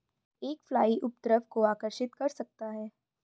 एक फ्लाई उपद्रव को आकर्षित कर सकता है?